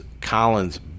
Collins